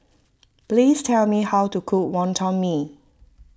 please tell me how to cook Wonton Mee